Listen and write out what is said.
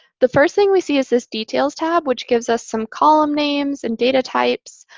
the first thing we see is this details tab, which gives us some column names and data types.